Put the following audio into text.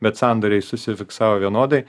bet sandoriais susifiksavo vienodai